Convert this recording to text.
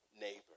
neighbor